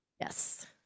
Yes